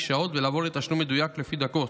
שעות ולעבור לתשלום מדויק לפי דקות,